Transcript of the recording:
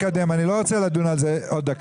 תקשיב: לא יהיה מצב שבו אתה תדבר על טיפול רפואי כהטבה